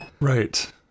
Right